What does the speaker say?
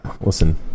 listen